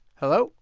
hello?